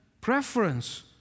preference